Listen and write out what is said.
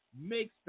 makes